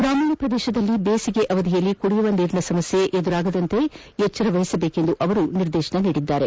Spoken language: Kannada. ಗ್ರಾಮೀಣ ಪ್ರದೇಶದಲ್ಲಿ ಬೇಸಿಗೆಯ ಅವಧಿಯಲ್ಲಿ ಕುಡಿಯುವ ನೀರಿನ ಸಮಸ್ಯೆ ತಲೆದೋರದಂತೆ ಎಚ್ಚರ ವಹಿಸುವಂತೆ ಅವರು ನಿರ್ದೇಶನ ನೀಡಿದರು